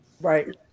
Right